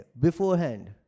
beforehand